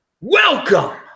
Welcome